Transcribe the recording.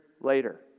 later